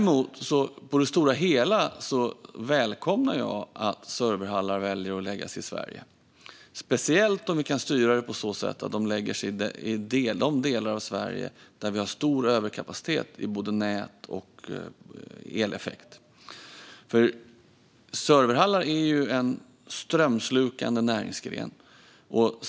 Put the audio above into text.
På det stora hela välkomnar jag att man väljer att förlägga serverhallar till Sverige, speciellt om vi kan styra det på så sätt att de lägger sig i de delar av Sverige där vi har stor överkapacitet vad gäller både nät och eleffekt. Serverhallar är ju en strömslukande näringsgren.